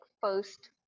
first